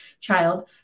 child